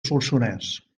solsonès